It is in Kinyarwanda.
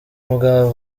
mugabo